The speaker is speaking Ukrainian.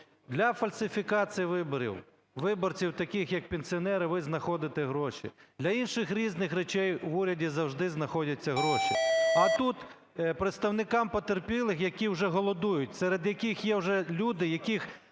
Для фальсифікації виборів, виборців, таких як пенсіонери, ви знаходите гроші, для інших різних речей в уряді завжди знаходяться гроші, а тут представникам потерпілих, які вже голодують, серед яких є вже люди, які